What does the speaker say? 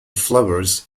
flowers